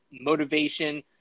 motivation